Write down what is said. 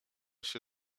się